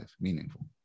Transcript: meaningful